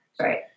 Right